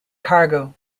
cargo